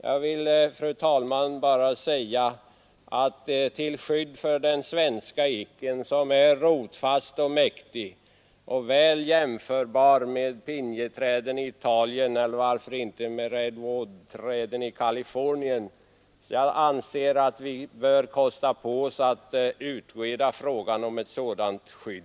Jag vill, fru talman, bara säga att till skydd för den svenska eken, som är rotfast och mäktig och väl jämförbar med pinjeträdet i Italien eller varför inte Redwoodträdet i Californien, anser jag att vi bör kosta på oss en utredning.